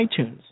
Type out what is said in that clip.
iTunes